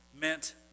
meant